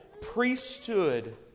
priesthood